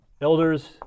Elders